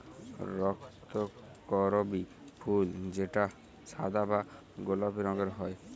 রক্তকরবী ফুল যেটা সাদা বা গোলাপি রঙের হ্যয়